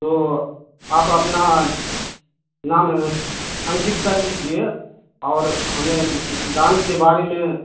तो आप अपना नाम अंकित कर लीजिए और हमें डांस के बारे में